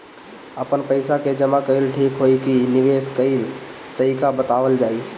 आपन पइसा के जमा कइल ठीक होई की निवेस कइल तइका बतावल जाई?